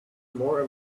more